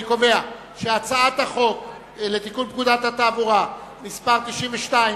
אני קובע שהצעת החוק לתיקון פקודת התעבורה (מס' 92),